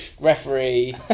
referee